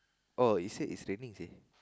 oh it say it's raining ah